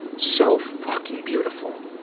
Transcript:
so fucking beautiful.